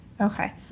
Okay